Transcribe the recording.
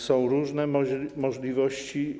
Są różne możliwości.